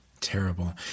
terrible